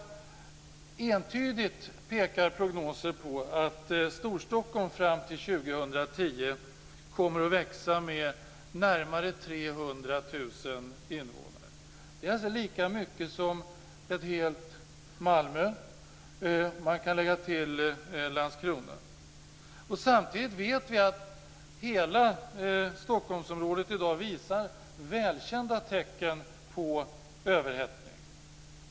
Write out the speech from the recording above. Prognoser pekar ju entydigt på att Storstockholm fram till år 2010 kommer att växa med närmare 300 000 invånare. Det är alltså lika mycket som hela Malmö, och man kan lägga till Landskrona. Samtidigt vet vi att hela Stockholmsområdet i dag visar välkända tecken på överhettning.